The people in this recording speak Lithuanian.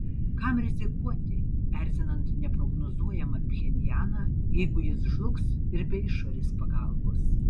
kam rizikuoti erzinant neprognozuojamą pchenjaną jeigu jis žlugs ir be išorės pagalbos